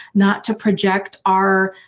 not to project our.